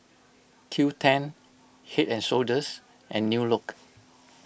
Q ten Head and Shoulders and New Look